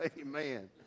amen